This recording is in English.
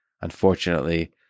unfortunately